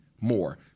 more